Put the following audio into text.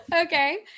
Okay